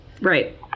Right